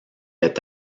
est